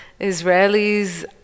Israelis